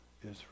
Israel